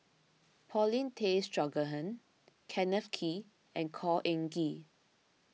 Paulin Tay Straughan Kenneth Kee and Khor Ean Ghee